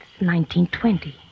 1920